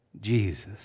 Jesus